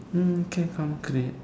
hmm okay concrete